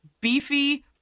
beefy